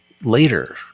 later